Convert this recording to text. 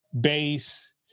bass